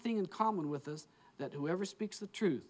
thing in common with us that whoever speaks the tru